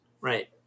Right